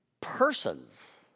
persons